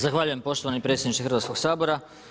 Zahvaljujem poštovani predsjedniče Hrvatskog sabora.